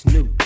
New